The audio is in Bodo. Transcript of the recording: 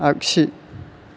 आग्सि